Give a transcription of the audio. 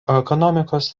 ekonomikos